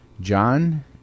John